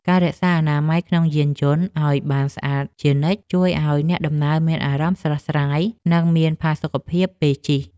ការរក្សាអនាម័យក្នុងយានយន្តឱ្យបានស្អាតជានិច្ចជួយឱ្យអ្នកដំណើរមានអារម្មណ៍ស្រស់ស្រាយ និងមានផាសុកភាពពេលជិះ។